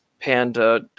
panda